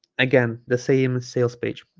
again the same sales page